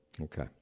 Okay